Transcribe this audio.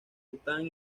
bután